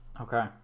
Okay